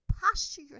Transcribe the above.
posture